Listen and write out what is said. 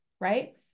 right